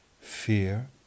Fear